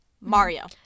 Mario